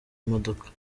imodoka